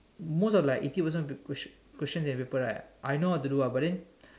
most of like eighty percent paper question question in the paper right I know how to do ah but then